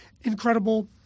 incredible